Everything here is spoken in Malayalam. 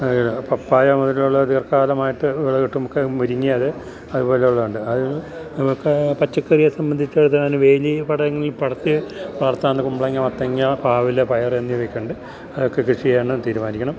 പപ്പായ മുതലുള്ള ദീർഘകാലമായിട്ടു വിളകിട്ടുന്ന മുരിങ്ങ അതുപോലെയുള്ളതുണ്ട് പച്ചക്കറിയെ സംബന്ധിച്ച് വേലിയില് പടങ്ങിൽ പടര്ത്തി വളർത്താവുന്ന കുമ്പളങ്ങ മത്തങ്ങ പാവല് പയര് എന്നിവയൊക്കെയുണ്ട് അതൊക്കെ കൃഷി ചെയ്യുകയെന്നു തീരുമാനിക്കണം